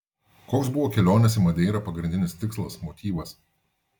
koks buvo kelionės į madeirą pagrindinis tikslas motyvas